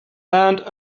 and